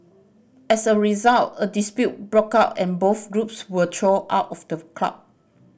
as a result a dispute broke out and both groups were thrown out of the club